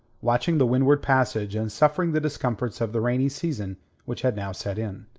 watching the windward passage, and suffering the discomforts of the rainy season which had now set in.